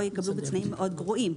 או שיקבלו בתנאים מאוד גרועים.